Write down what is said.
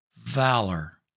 valor